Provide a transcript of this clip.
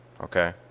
okay